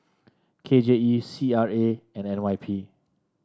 K J E C R A and N Y P